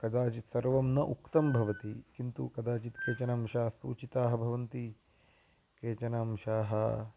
कदाचित् सर्वं न उक्तं भवति किन्तु कदाचित् केचनांशाः सूचिताः भवन्ति केचनांशाः